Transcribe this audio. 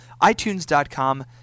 iTunes.com